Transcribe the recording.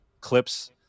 clips